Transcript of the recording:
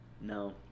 No